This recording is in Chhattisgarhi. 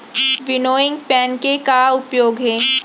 विनोइंग फैन के का का उपयोग हे?